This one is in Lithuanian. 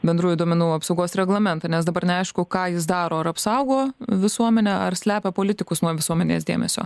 bendrųjų duomenų apsaugos reglamentą nes dabar neaišku ką jis daro ar apsaugo visuomenę ar slepia politikus nuo visuomenės dėmesio